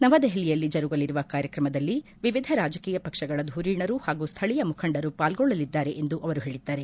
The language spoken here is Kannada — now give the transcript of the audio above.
ನವದೆಪಲಿಯಲ್ಲಿ ಜರುಗಲಿರುವ ಕಾರ್ಯಕ್ರಮದಲ್ಲಿ ವಿವಿಧ ರಾಜಕೀಯ ಪಕ್ಷಗಳ ಧುರೀಣರು ಹಾಗೂ ಸ್ವಳೀಯ ಮುಖಂಡರು ಪಾಲ್ಗೊಳ್ಳಲಿದ್ದಾರೆ ಎಂದು ಅವರು ಹೇಳಿದ್ದಾರೆ